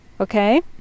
okay